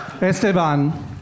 Esteban